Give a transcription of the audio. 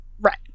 Right